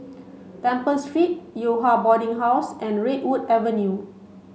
Temple Street Yew Hua Boarding House and Redwood Avenue